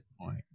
point